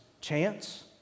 Chance